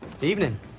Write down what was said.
Evening